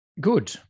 Good